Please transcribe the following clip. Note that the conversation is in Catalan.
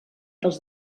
dels